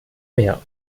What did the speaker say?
mehr